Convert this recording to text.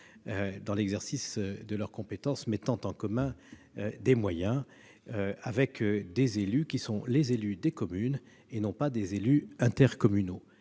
dans l'exercice de leurs compétences, mettant simplement en commun des moyens, avec des élus qui sont ceux des communes, et non pas des élus intercommunaux.